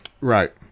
Right